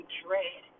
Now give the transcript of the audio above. dread